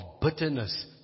bitterness